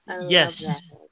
Yes